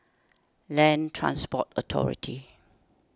Land Transport Authority